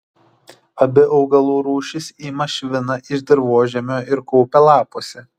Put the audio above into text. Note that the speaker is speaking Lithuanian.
abi augalų rūšys ima šviną iš dirvožemio ir kaupia lapuose